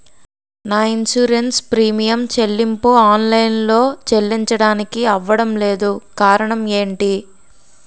నా insurance premium చెల్లింపు online లో చెల్లించడానికి అవ్వడం లేదు కారణం ఏమిటి?